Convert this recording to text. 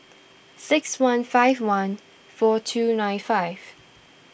six one five one four two nine five